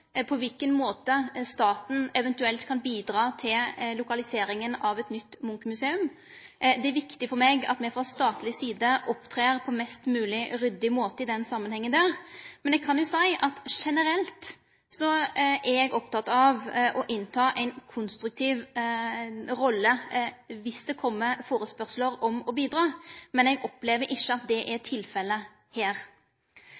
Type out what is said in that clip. på kva måte staten eventuelt kan bidra til lokaliseringa av eit nytt Munch-museum. Det er viktig for meg at me frå statleg side opptrer på mest mogleg ryddig måte i den samanhengen. Men eg kan seie at generelt er eg oppteken av å ta ei konstruktiv rolle om det kjem førespurnader om å bidra. Men eg opplever ikkje at det er